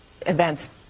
events